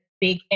big